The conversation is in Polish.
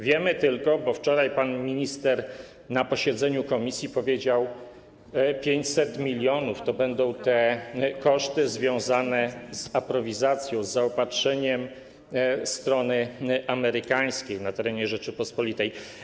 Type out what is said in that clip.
Wiemy tylko, bo wczoraj pan minister na posiedzeniu komisji powiedział: 500 mln to będą te koszty związane z aprowizacją, z zaopatrzeniem strony amerykańskiej na terenie Rzeczypospolitej.